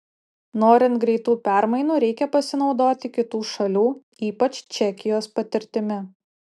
norint greitų permainų reikia pasinaudoti kitų šalių ypač čekijos patirtimi